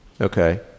okay